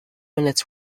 minutes